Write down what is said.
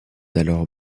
alors